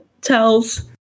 tells